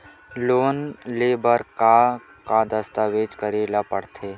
Loan ले बर का का दस्तावेज करेला पड़थे?